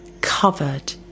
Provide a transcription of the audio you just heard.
covered